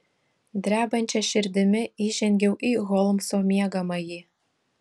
drebančia širdimi įžengiau į holmso miegamąjį